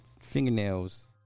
fingernails